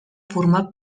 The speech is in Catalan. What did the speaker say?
formar